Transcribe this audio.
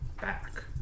back